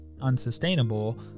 unsustainable